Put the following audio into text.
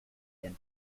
than